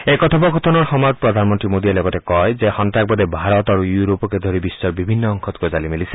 এই কথোপকথনৰ সময়ত প্ৰধানমন্তী মোদীয়ে লগতে কয় যে সন্নাসবাদে ভাৰত আৰু ইউৰোপকে ধৰি বিশ্বৰ বিভিন্ন অংশত গজালি মেলিছে